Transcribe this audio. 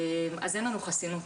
אז אין לנו חסינות,